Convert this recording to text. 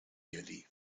yearly